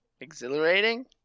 exhilarating